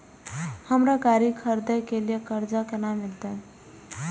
हमरा गाड़ी खरदे के लिए कर्जा केना मिलते?